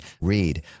read